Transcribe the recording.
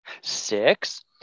six